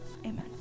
Amen